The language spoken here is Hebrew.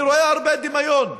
אני רואה הרבה דמיון.